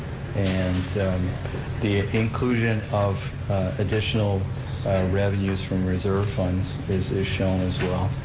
and the inclusion of additional revenues from reserve funds is is shown, as well.